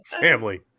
family